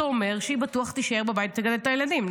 אומר שהיא בטוח תישאר בבית ותגדל את הילדים,